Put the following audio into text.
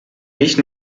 nicht